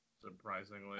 Surprisingly